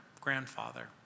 grandfather